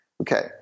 Okay